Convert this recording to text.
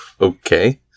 okay